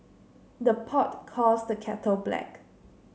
the pot calls the kettle black